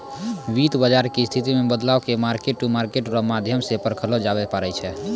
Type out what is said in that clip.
वित्त बाजार के स्थिति मे बदलाव के मार्केट टू मार्केट रो माध्यम से परखलो जाबै पारै छै